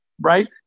right